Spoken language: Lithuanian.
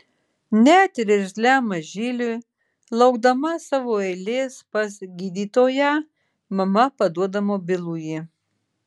net ir irzliam mažyliui laukdama savo eilės pas gydytoją mama paduoda mobilųjį